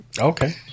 Okay